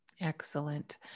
Excellent